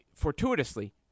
fortuitously